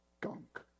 gunk